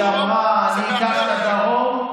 היא אמרה: אני אקח את הדרום,